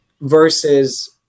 versus